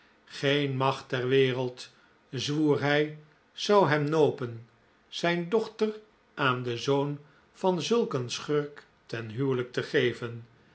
geen macht ter wereld zwoer hij zou hem nopen zijn dochter aan den zoon van zulk een schurk ten huwelijk te geven